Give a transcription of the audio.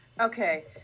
Okay